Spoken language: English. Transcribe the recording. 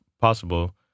possible